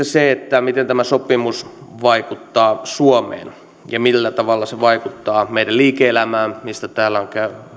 se miten tämä sopimus vaikuttaa suomeen ja millä tavalla se vaikuttaa meidän liike elämään mistä täällä on